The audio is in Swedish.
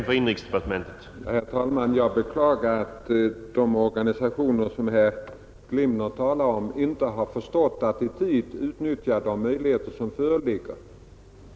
Herr talman! Jag beklagar att de organisationer som herr Glimnér talar om inte har förstått att i tid utnyttja de möjligheter som förelegat.